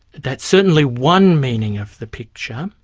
that's certainly one meaning of the picture,